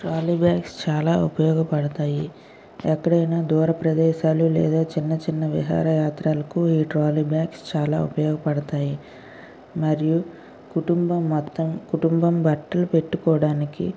trolley bags చాలా ఉపయోగపడతాయి ఎక్కడైనా దూర ప్రదేశాలు లేదా చిన్న చిన్న విహార యాత్రలకు ఈ ట్రాలీ బ్యాగ్స్ చాలా ఉపయోగపడతాయి మరియు కుటుంబం మొత్తం కుటుంబం బట్టలు పెట్టుకోవడానికి